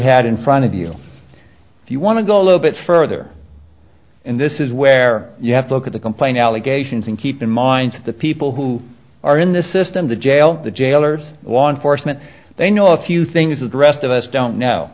had in front of you if you want to go a little bit further and this is where you have to look at the complaint allegations and keep in mind the people who are in the system to jail the jailers law enforcement they know a few things that the rest of us don't know